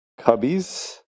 Cubbies